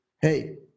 hey